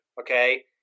okay